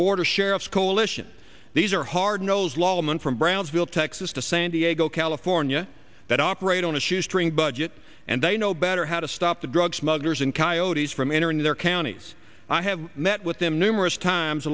border sheriffs coalition these are hard nosed law women from brownsville texas to san diego california that operate on a shoestring budget and they know better how to stop the drug smugglers and coyotes from entering their counties i have met with them numerous times